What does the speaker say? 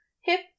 Hip